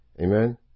Amen